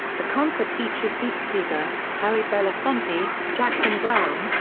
the concert featured pete seeger, harry belafonte, jackson browne,